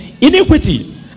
Iniquity